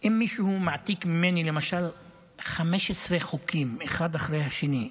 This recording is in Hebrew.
אם מישהו מעתיק ממני למשל 15 חוקים אחד אחרי השני,